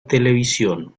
televisión